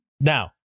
now